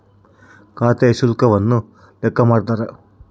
ಖಾತೆ ಶುಲ್ಕವನ್ನು ಲೆಕ್ಕ ಮಾಡ್ತಾರ